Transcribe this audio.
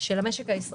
של המשק הישראלי,